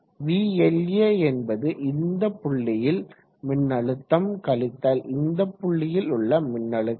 Vla என்பது இந்த புள்ளியில் மின்னழுத்தம் கழித்தல் இந்த புள்ளியில் உள்ள மின்னழுத்தம்